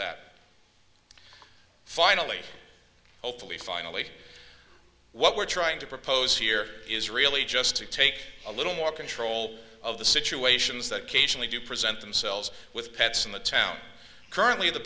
that finally hopefully finally what we're trying to propose here is really just to take a little more control of the situations that cage and they do present themselves with pets in the town currently the